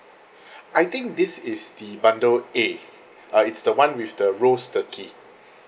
I think this is the bundle A uh it's the one with the roast turkey